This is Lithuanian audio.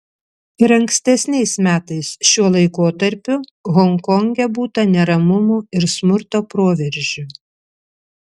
ir ankstesniais metais šiuo laikotarpiu honkonge būta neramumų ir smurto proveržių